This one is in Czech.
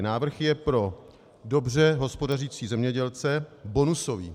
Návrh je pro dobře hospodařící zemědělce bonusový.